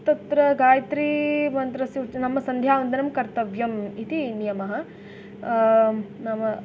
तत्र गायत्री मन्त्रस्य उच्च नाम सन्ध्यावन्दनं कर्तव्यम् इति नियमः नाम